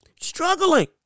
struggling